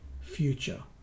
future